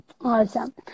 Awesome